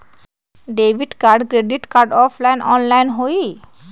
Debit card credit card offline online होई?